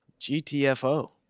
GTFO